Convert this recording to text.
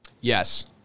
Yes